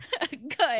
Good